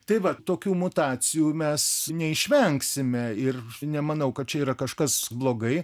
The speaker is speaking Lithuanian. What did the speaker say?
tai va tokių mutacijų mes neišvengsime ir nemanau kad čia yra kažkas blogai